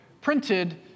printed